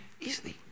easily